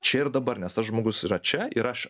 čia ir dabar nes tas žmogus yra čia ir aš